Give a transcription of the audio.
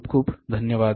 खूप खूप धन्यवाद